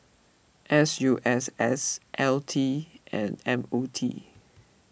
S U S S L T and M O T